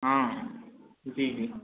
हाँ हाँ जी जी